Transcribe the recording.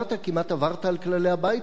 כמעט עברת על כללי הבית הזה,